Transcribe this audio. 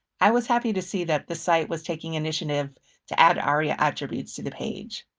i was happy to see that the site was taking initiative to add aria attributes to the page.